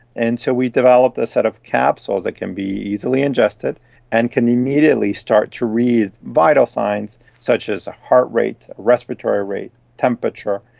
and so we developed a set of capsules that can be easily ingested and can immediately start to read vital signs such as heart rate, respiratory rate, temperature.